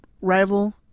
rival